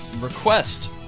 Request